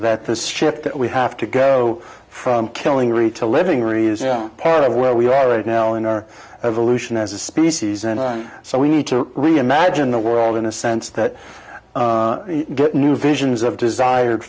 that this ship that we have to go from killing really to living really is a part of where we are right now in our evolution as a species and so we need to reimagine the world in a sense that you get new visions of desired